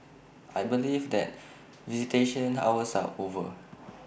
I believe that visitation hours are over